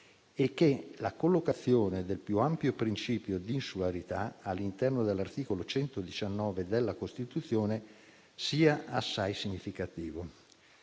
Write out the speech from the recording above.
e che la collocazione del più ampio principio di insularità all'interno dell'articolo 119 della Costituzione sia assai significativo.